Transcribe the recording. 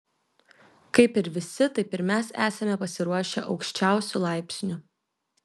kaip ir visi taip ir mes esame pasiruošę aukščiausiu laipsniu